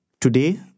Today